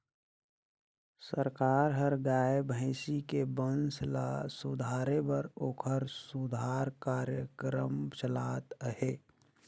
सरकार हर गाय, भइसी के बंस ल सुधारे बर ओखर सुधार कार्यकरम चलात अहे